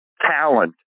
talent